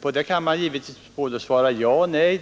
frågan kan man givetvis svara både ja och nej.